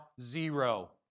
zero